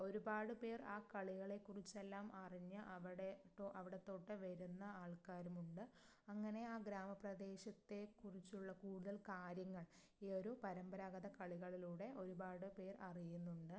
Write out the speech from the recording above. ഒരുപാട് പേർ ആ കളികളെ കുറിച്ചെല്ലാം അറിഞ്ഞ് അവിടെ അവിടത്തോട്ട് വരുന്ന ആൾക്കാരുമുണ്ട് അങ്ങനെ ആ ഗ്രാമപ്രദേശത്തെ കുറിച്ചുള്ള കൂടുതൽ കാര്യങ്ങൾ ഈ ഒരു പരമ്പരാഗത കളികളിലൂടെ ഒരുപാട് പേർ അറിയുന്നുണ്ട്